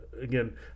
again